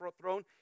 throne